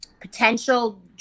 potential